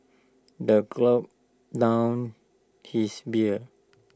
the gulped down his beer